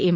M